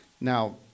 Now